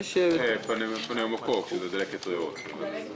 דלקת ריאות.